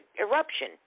eruption